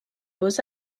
beaux